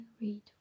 read